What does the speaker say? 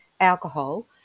alcohol